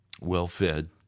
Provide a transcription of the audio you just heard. well-fed